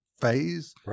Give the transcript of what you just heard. phase